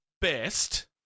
best